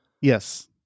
yes